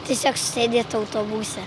tiesiog sėdėt autobuse